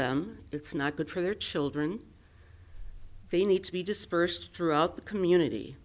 them it's not good for their children they need to be dispersed throughout the community